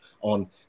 on